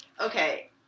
okay